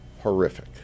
horrific